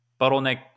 bottleneck